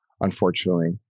unfortunately